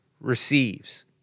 receives